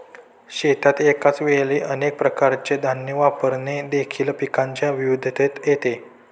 शेतात एकाच वेळी अनेक प्रकारचे धान्य वापरणे देखील पिकांच्या विविधतेत येते